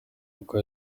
kuko